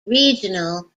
regional